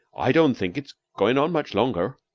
i don't think it's going on much longer.